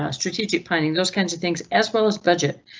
ah strategic planning, those kinds of things, as well as budget.